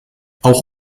auch